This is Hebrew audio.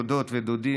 דודות ודודים,